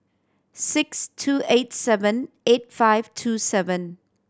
six two eight seven eight five two seven